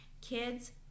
Kids